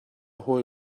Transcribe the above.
hawi